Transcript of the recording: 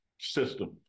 system